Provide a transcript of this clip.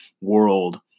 world